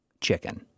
chicken